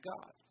God